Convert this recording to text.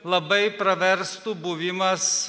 labai praverstų buvimas